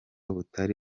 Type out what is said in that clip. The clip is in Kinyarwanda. butari